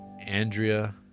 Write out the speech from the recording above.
Andrea